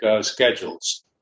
schedules